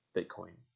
Bitcoin